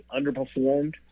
underperformed